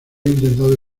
intentado